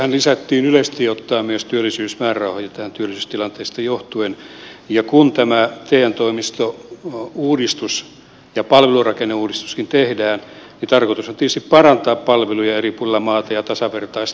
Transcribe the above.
budjettiriihessähän lisättiin yleisesti ottaen myös työllisyysmäärärahoja työllisyystilanteesta johtuen ja kun tämä te toimistouudistus ja palvelurakenneuudistuskin tehdään niin tarkoitus on tietysti parantaa palveluja eri puolilla maata ja tasavertaistaa niitä